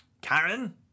Karen